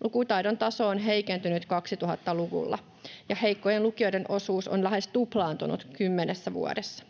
Lukutaidon taso on heikentynyt 2000-luvulla, ja heikkojen lukijoiden osuus on lähes tuplaantunut kymmenessä vuodessa.